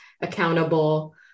accountable